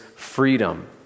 freedom